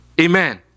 Amen